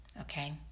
okay